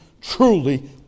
truly